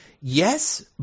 yes